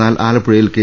എന്നാൽ ആലപ്പുഴയിൽ കെ